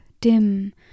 dim